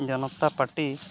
ᱡᱚᱱᱚᱛᱟ ᱯᱟᱴᱤ